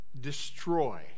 destroy